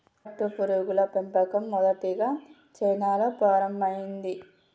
పట్టుపురుగుల పెంపకం మొదటిగా చైనాలో ప్రారంభమైంది